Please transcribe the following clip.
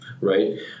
Right